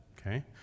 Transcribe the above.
Okay